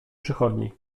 przychodni